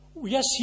yes